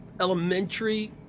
elementary